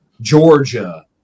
Georgia